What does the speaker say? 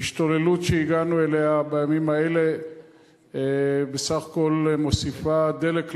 ההשתוללות שהגענו אליה בימים האלה בסך הכול מוסיפה דלק למדורה,